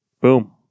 Boom